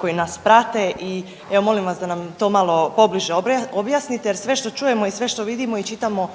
koji nas prate i evo molim vas da nam to malo pobliže objasnite jer sve što čujemo i sve što vidimo i čitamo